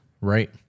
Right